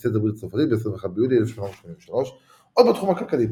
ייסד את הברית הצרפתית ב-21 ביולי 1883. עוד בתחום הכלכלי,